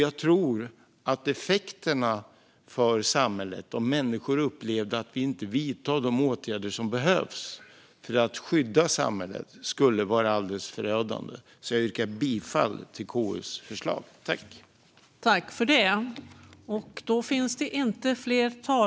Jag tror att effekterna för samhället om människor upplevde att vi inte vidtar de åtgärder som behövs för att skydda samhället skulle vara alldeles förödande. Jag yrkar därför bifall till KU:s förslag till beslut.